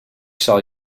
zal